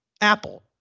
Apple